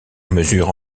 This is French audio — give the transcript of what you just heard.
mesure